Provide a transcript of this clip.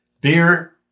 beer